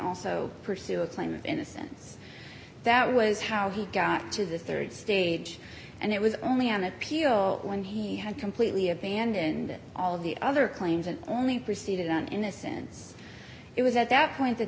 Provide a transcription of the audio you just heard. also pursue a claim of innocence that was how he got to the rd stage and it was only an appeal when he had completely abandoned all of the other claims and only proceeded on innocence it was at that point that